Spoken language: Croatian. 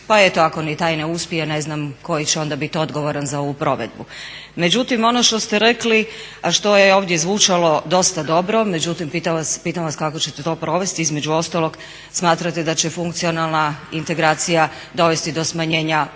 pa je tako ni taj ne uspije ne znam koji će onda bit odgovoran za ovu provedbu. Međutim, ono što ste rekli, a što je ovdje zvučalo dosta dobro međutim pitam vas kako ćete to provesti. Između ostalog smatrate da će funkcionalna integracija dovesti do smanjenja,